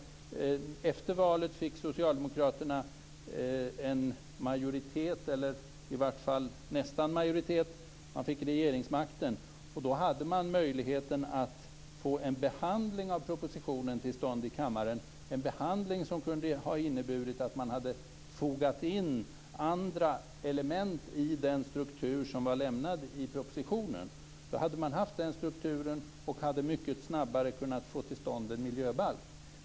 Efter valet fick ju Socialdemokraterna en majoritet - i varje fall nästan - och regeringsmakten. Då fanns möjligheten att få en behandling av propositionen till stånd i kammaren som kunde ha inneburit att man hade fogat in andra element i den struktur som var lämnad i propositionen. Då hade man haft den strukturen, och hade mycket snabbare kunnat få till stånd en miljöbalk.